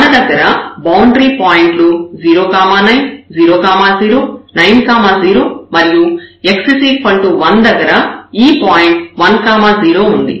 మన దగ్గర బౌండరీ పాయింట్లు 0 9 0 0 9 0 మరియు x 1 దగ్గర ఈ పాయింట్ 1 0 ఉంది